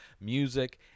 music